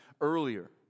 earlier